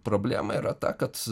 problema yra ta kad